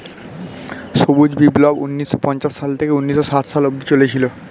সবুজ বিপ্লব ঊন্নিশো পঞ্চাশ সাল থেকে ঊন্নিশো ষাট সালে অব্দি চলেছিল